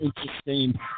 interesting